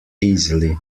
easily